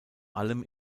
allem